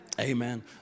Amen